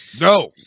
No